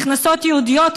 נכנסות יהודיות,